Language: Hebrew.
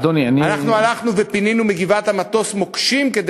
אנחנו הלכנו ופינינו מוקשים מגבעת-המטוס כדי